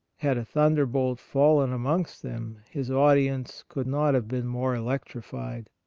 had a thunderbolt fallen amongst them, his audience could not have been more electrified.